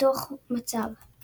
דו"ח מצב.